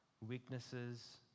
weaknesses